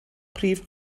prif